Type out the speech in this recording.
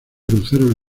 cruceros